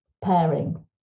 pairing